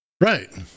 right